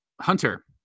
Hunter